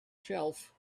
shelf